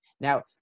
Now